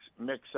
mix